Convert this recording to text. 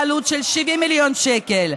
בעלות של 70 מיליון שקל,